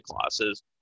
classes